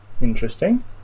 Interesting